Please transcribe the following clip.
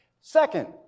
Second